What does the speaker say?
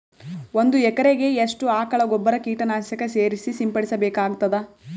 ಒಂದು ಎಕರೆಗೆ ಎಷ್ಟು ಆಕಳ ಗೊಬ್ಬರ ಕೀಟನಾಶಕ ಸೇರಿಸಿ ಸಿಂಪಡಸಬೇಕಾಗತದಾ?